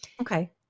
Okay